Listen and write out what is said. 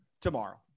tomorrow